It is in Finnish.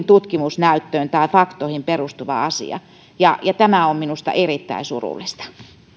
tutkimusnäyttöön tai faktoihin perustuva asia ja ja tämä on minusta erittäin surullista